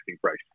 price